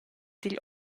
digl